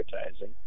advertising